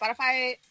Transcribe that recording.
Spotify